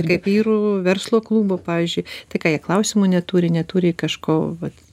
ir kaip vyrų verslo klubų pavyzdžiui tai ką jie klausimų neturi neturi kažko vat